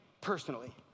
personally